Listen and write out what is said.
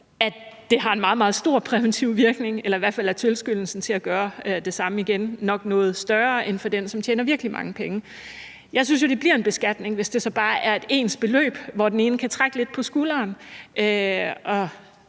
at det har en meget, meget stor præventiv virkning, eller i hvert fald er tilskyndelsen til at gøre det samme igen nok noget mindre end for en, som tjener virkelig mange penge. Jeg synes jo, det bliver en beskatning, hvis det så bare er et ens beløb, hvor den ene kan trække lidt på skulderen og